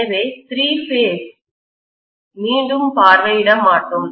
எனவே three phase மீண்டும் பார்வையிட மாட்டோம்